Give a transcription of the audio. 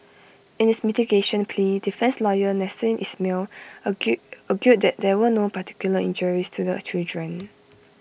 in his mitigation plea defence lawyer Nasser Ismail argue argued that there were no particular injuries to the children